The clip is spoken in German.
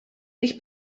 ich